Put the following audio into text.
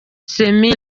semi